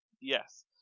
Yes